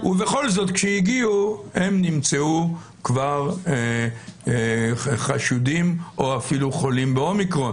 ובכל זאת כשהגיעו הם נמצאו כבר חשודים או אפילו חולים באומיקרון.